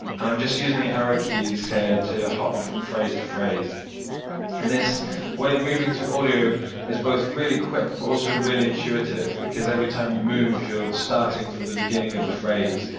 and i'm just using the arrow keys here to hop from phrase to phrase and this way of moving through audio is both really quick but also really intuitive because every time you move, you're starting from the beginning of a phrase,